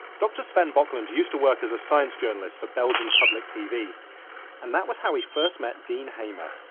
dr sven bocklandt used to work as a science journalist for belgian public tv and that was how he first met dean hamer.